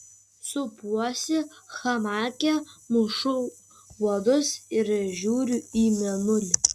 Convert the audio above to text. supuosi hamake mušu uodus ir žiūriu į mėnulį